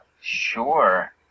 sure